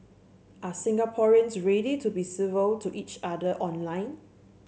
are Singaporeans ready to be civil to each other online